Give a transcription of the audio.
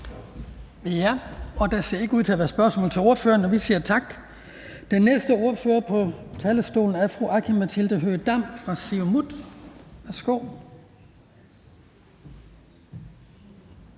Der ser ikke ud til at være spørgsmål til ordføreren, så vi siger tak. Den næste ordfører på talerstolen er fru Aki-Matilda Høegh-Dam fra Siumut. Værsgo.